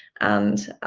and